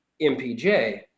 MPJ